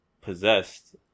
possessed